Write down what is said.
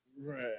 Right